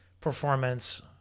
performance